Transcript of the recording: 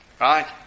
right